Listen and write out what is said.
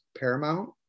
Paramount